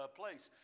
place